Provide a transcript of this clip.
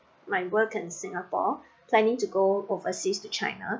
my work in singapore planning to go overseas to china